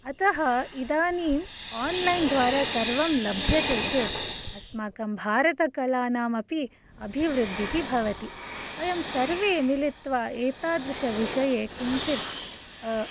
अतः इदानीम् आन्लैन् द्वारा सर्वं लभ्यते चेत् अस्माकं भारतकलानामपि अभिवृद्धिः भवति वयं सर्वे मिलित्वा एतादृश विषये किञ्चित्